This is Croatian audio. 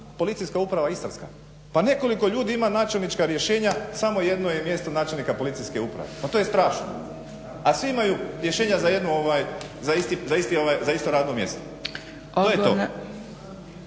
Policijska uprava Istarska pa nekoliko ljudi ima načelnička rješenja samo jedno je mjesto načelnika policijske uprave. Pa to je strašno! A svi imaju rješenja za isto radno mjesto. To je to.